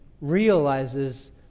realizes